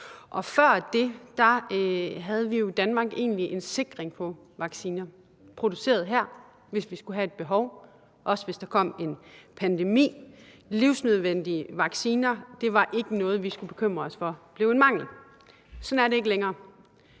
Før det havde vi i Danmark en sikring på vacciner, der var produceret her, hvis der skulle opstå et behov, også hvis der kom en pandemi. Livsnødvendige vacciner var ikke noget, vi skulle bekymre os om blev en mangel. Sådan er det ikke længere.